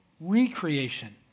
recreation